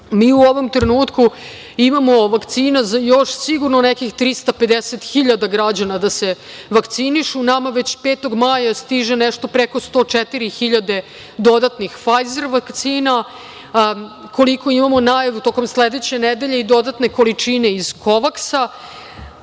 Mi u ovom trenutku imamo vakcine za još sigurno nekih 350 hiljada građana, da se vakcinišu. Nama već 5. maja stiže nešto preko 104 hiljade dodatnih Fajzer vakcina. Koliko imamo najavu, tokom sledeće nedelje, dodatne količine iz